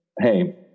Hey